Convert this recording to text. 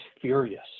furious